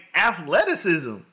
athleticism